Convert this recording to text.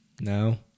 No